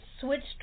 switched